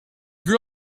grew